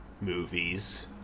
movies